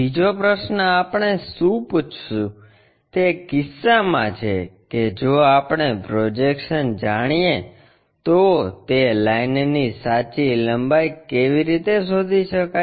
બીજો પ્રશ્ન આપણે શું પૂછશું તે કિસ્સામાં છે કે જો આપણે પ્રોજેક્શન્સ જાણીએ તો તે લાઇનની સાચી લંબાઈ કેવી રીતે શોધી શકાય